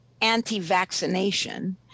anti-vaccination